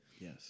Yes